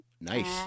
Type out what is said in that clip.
Nice